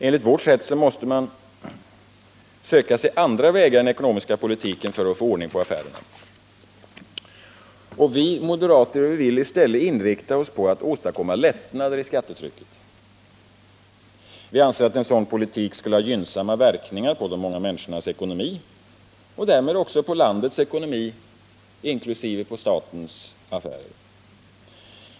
Enligt vårt sätt att se måste man söka sig andra vägar i den ekonomiska politiken för att få ordning på affärerna. Vi moderater vill i stället inrikta oss på att åstadkomma lättnader i skattetrycket. Vi anser att en sådan politik skulle ha gynnsamma verkningar på de många människornas ekonomi och därmed också på landets ekonomi inkl. på statens affärer.